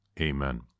Amen